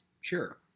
Sure